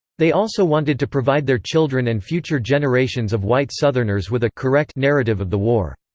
they also wanted to provide their children and future generations of white southerners with a correct narrative of the war.